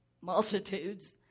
multitudes